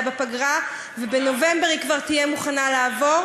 בפגרה ובנובמבר היא כבר תהיה מוכנה לעבור,